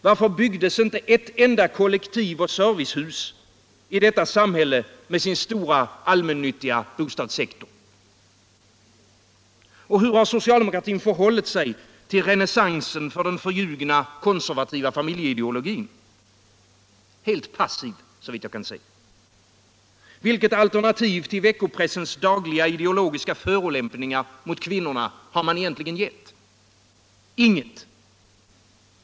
Varför byggdes inte ett enda kollektivoch servicehus i detta samhälle med sin stora allmännyttiga bostadssektor? Och hur har socialdemokratin förhållit sig till renässansen för den förljugna konservativa familjeideologin? Helt passiv, såvitt jag kan se. Vilket alternativ till veckopressens ständiga ideologiska förolämpningar mot kvinnorna har man gett? Inget.